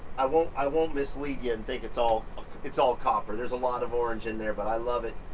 i won't i won't mislead you and think it's all it's all copper. there's a lot of orange in there. but i love it